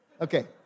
Okay